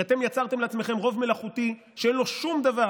כי אתם יצרתם לעצמכם רוב מלאכותי שאין לו שום דבר,